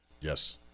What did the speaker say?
Yes